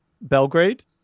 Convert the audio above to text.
Belgrade